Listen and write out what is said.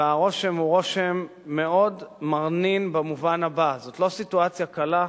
והרושם הוא רושם מאוד מרנין במובן הבא: זאת לא סיטואציה קלה,